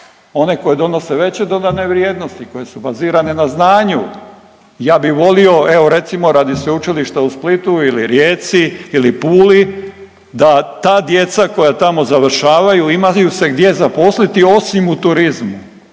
One koje donose veće dodane vrijednosti, koje su bazirane na znanju. Ja bi volio evo recimo radi Sveučilište u Splitu ili Rijeci ili Puli da ta djeca koja tamo završavaju imaju se gdje zaposliti osim u turizmu.